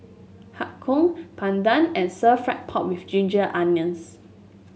Har Kow bandung and Stir Fried Pork with Ginger Onions